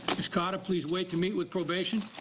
ms. carter please wait to meet with probation,